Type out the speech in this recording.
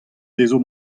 dezho